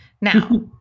Now